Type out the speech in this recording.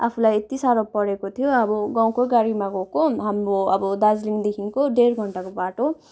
आफूलाई यति साह्रो परेको थियो अब गाउँकै गाडीमा गएको हाम्रो अब दार्जिलिङदेखिको डेढ घन्टाको बाटो